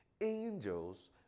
angels